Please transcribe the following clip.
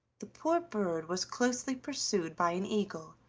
the poor bird was closely pursued by an eagle,